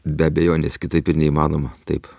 be abejonės kitaip ir neįmanoma taip